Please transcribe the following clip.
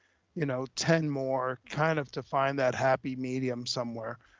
you know, ten more kind of to find that happy, medium somewhere.